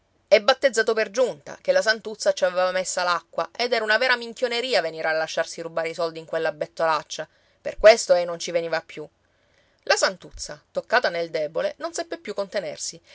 e battezzato per giunta che la santuzza ci aveva messa l'acqua ed era una vera minchioneria venire a lasciarsi rubare i soldi in quella bettolaccia per questo ei non ci veniva più la santuzza toccata nel debole non seppe più contenersi